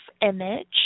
image